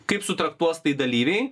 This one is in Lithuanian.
kaip sutraktuos tai dalyviai